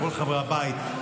כל חברי הבית,